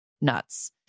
Nuts